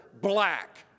black